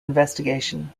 investigation